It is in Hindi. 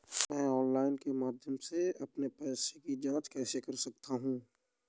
मैं ऑनलाइन के माध्यम से अपने पैसे की जाँच कैसे कर सकता हूँ?